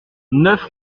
neuf